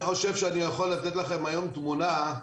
שאני יכול לתת לכם היום תמונה.